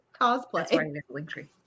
Cosplay